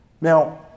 Now